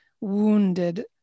wounded